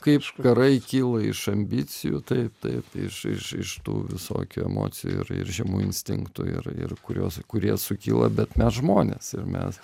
kaip karai kilo iš ambicijų taip taip iš iš iš tų visokių emocijų ir ir žemų instinktų ir ir kurios kurie sukyla bet mes žmonės ir mes